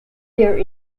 there